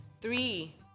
Three